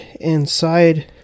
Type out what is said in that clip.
inside